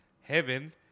heaven